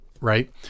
right